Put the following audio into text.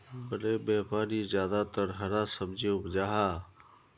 बड़े व्यापारी ज्यादातर हरा सब्जी उपजाहा